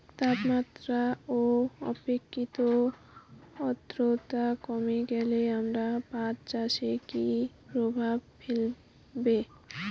তাপমাত্রা ও আপেক্ষিক আদ্রর্তা কমে গেলে আমার পাট চাষে কী প্রভাব ফেলবে?